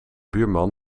buurman